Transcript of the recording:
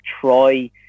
try